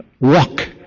walk